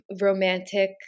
romantic